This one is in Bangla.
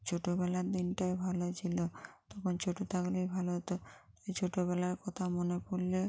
ছোটোবেলার দিনটাই ভালো ছিলো তখন ছোটো থাকলেই ভালো হতো ছোটোবেলার কথা মনে পড়লে